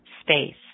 space